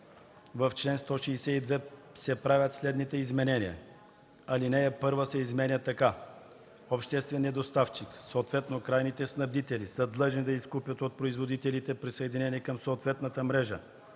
В чл. 162 се правят следните изменения: 1. Алинея 1 се изменя така: „(1) Общественият доставчик, съответно крайните снабдители, са длъжни да изкупят от производители, присъединени към съответната мрежа,